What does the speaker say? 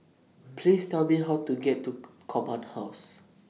Please Tell Me How to get to Command House